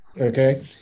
okay